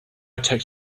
tech